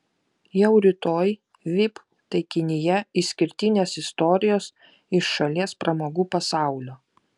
jau rytoj vip taikinyje išskirtinės istorijos iš šalies pramogų pasaulio